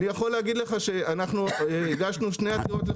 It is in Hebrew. אני יכול להגיד לך שהגשנו שתי עתירות לפי